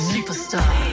Superstar